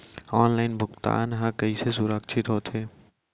Online भुगतान हा कइसे सुरक्षित होथे?